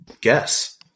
guess